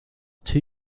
two